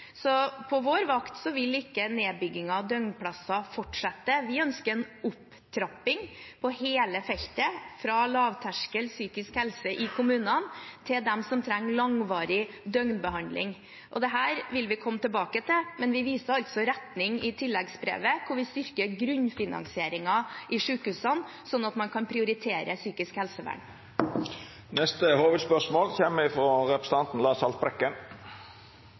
På vår vakt vil ikke nedbygging av døgnplasser fortsette. Vi ønsker en opptrapping på hele feltet, fra lavterskel psykisk helse i kommunene til de som trenger langvarig døgnbehandling. Dette vil vi komme tilbake til, men vi viser retning i tilleggsproposisjonen, hvor vi styrker grunnfinansieringen i sykehusene, sånn at man kan prioritere psykisk helsevern. Me går til neste